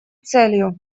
целью